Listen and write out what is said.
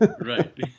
Right